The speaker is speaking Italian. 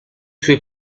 suoi